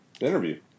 Interview